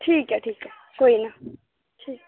ठीक ऐ ठीक ऐ कोई ना